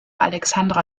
alexandra